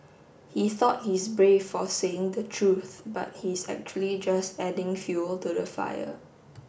he thought he's brave for saying the truth but he's actually just adding fuel to the fire